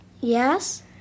Yes